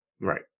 Right